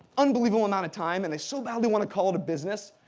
unbelievable amount of time, and they so badly want to call it a business,